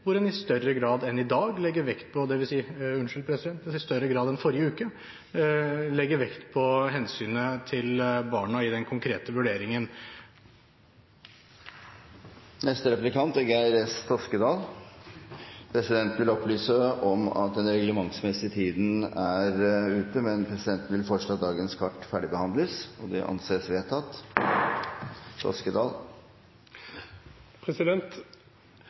hvor en i større grad enn i dag – unnskyld – enn i forrige uke legger vekt på hensynet til barna i den konkrete vurderingen. Presidenten vil opplyse om at den reglementsmessige tiden for dagens møte er ute, men presidenten vil foreslå at møtet fortsetter til dagens kart er ferdigbehandlet. – Det anses vedtatt.